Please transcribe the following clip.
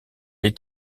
est